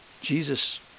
Jesus